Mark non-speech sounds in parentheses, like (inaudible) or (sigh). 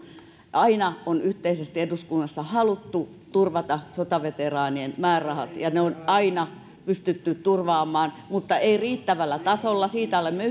eduskunnassa on aina yhteisesti haluttu turvata sotaveteraanien määrärahat ja ne on aina pystytty turvaamaan mutta ei riittävällä tasolla siitä olemme (unintelligible)